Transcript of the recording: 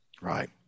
Right